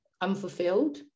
unfulfilled